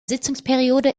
sitzungsperiode